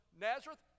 Nazareth